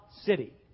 City